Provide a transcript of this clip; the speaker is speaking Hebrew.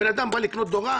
בן אדם בא לקנות דירה,